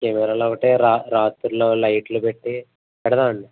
ఏమన్నా ఉంటే రా రాత్రిలో లైట్లు పెట్టి పెడదామండి